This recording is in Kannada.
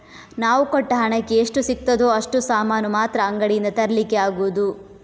ನಾವು ಕೊಟ್ಟ ಹಣಕ್ಕೆ ಎಷ್ಟು ಸಿಗ್ತದೋ ಅಷ್ಟು ಸಾಮಾನು ಮಾತ್ರ ಅಂಗಡಿಯಿಂದ ತರ್ಲಿಕ್ಕೆ ಆಗುದು